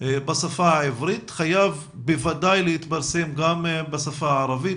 בשפה העברית חייב בוודאי להתפרסם גם בשפה הערבית,